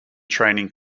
training